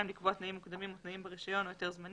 לקבוע תנאים מוקדמים או תנאים ברישיון או היתר זמני